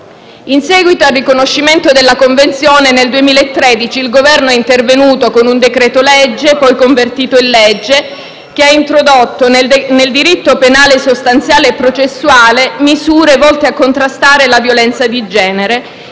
In seguito al riconoscimento della Convenzione nel 2013, il Governo è intervenuto con un decreto‑legge, poi convertito in legge, che ha introdotto nel diritto penale sostanziale e processuale misure volte a contrastare la violenza di genere